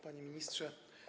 Panie Ministrze!